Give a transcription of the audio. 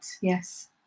yes